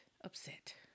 upset